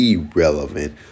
Irrelevant